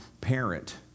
parent